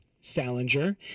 Salinger